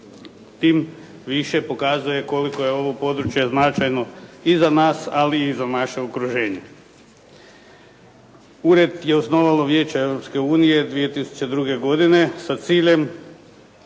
tim više dokazuje koliko je ovo područje značajno i za nas, ali i za naše okruženje. Ured je osnovalo Vijeće Europske unije 2002. godine sa ciljem